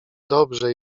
dobrze